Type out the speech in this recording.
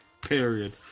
Period